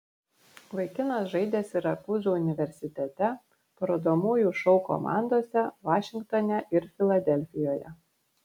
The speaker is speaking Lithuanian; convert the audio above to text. vaikinas žaidė sirakūzų universitete parodomųjų šou komandose vašingtone ir filadelfijoje